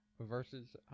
versus